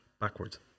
backwards